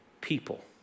people